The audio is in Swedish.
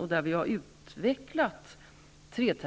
Och treterminspraxisen har utvecklats, vilket